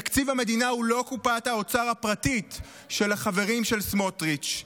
תקציב המדינה הוא לא קופת האוצר הפרטית של החברים של סמוטריץ'.